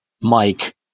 Mike